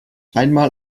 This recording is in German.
einmal